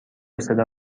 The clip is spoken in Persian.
صدا